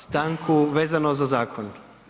Stanku vezano za zakon?